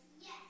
Yes